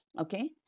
Okay